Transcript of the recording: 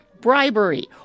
bribery